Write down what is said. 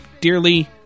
dearly